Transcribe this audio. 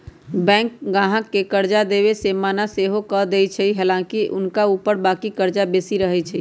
bank गाहक के कर्जा देबऐ से मना सएहो कऽ देएय छइ कएलाकि हुनका ऊपर बाकी कर्जा बेशी रहै छइ